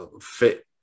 fit